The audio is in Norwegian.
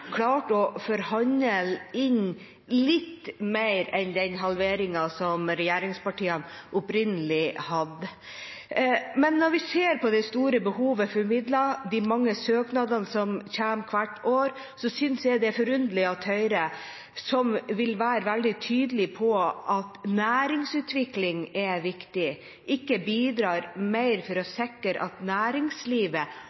klarte å forhandle inn litt mer enn den halveringen som regjeringspartiene opprinnelig hadde. Men når vi ser på det store behovet som er for midler, de mange søknadene som kommer hvert år, synes jeg det er forunderlig at Høyre, som vil være veldig tydelig på at næringsutvikling er viktig, ikke bidrar mer for å